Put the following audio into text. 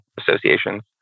associations